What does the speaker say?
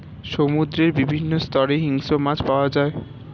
সমুদ্রের বিভিন্ন স্তরে হিংস্র মাছ পাওয়া যায়